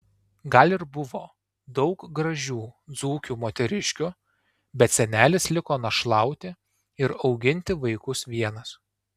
gal ir buvo daug gražių dzūkių moteriškių bet senelis liko našlauti ir auginti vaikus vienas